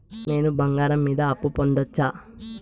నేను బంగారం మీద అప్పు పొందొచ్చా?